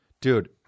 Dude